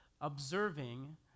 observing